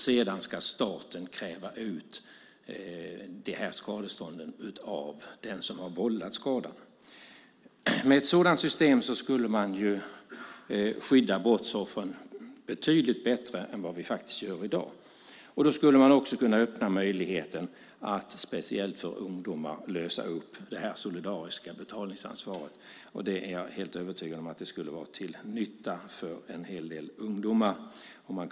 Sedan ska staten kräva ut skadestånd av den som vållat skadan. Med ett sådant system skulle brottsoffren skyddas betydligt bättre än som är fallet i dag. Då skulle man också kunna öppna för möjligheten att speciellt för ungdomar lösa upp det solidariska betalningsansvaret. Om man kunde göra det skulle det - det är jag helt övertygad om - vara till nytta för en hel del ungdomar.